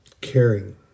caring